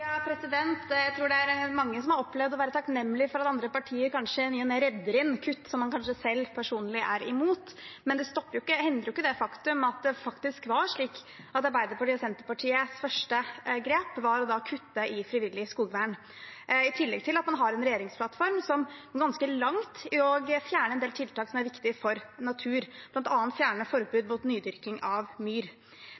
Jeg tror det er mange som har opplevd å være takknemlig for at andre partier i ny og ne redder inn kutt som man kanskje selv personlig er imot. Men det hindrer jo ikke det faktum at det faktisk var slik at Arbeiderpartiet og Senterpartiets første grep var å kutte i frivillig skogvern – i tillegg til at man har en regjeringsplattform som går ganske langt i å fjerne en del tiltak som er viktig for natur, bl.a. å fjerne forbud